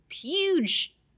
huge